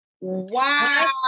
Wow